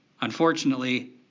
unfortunately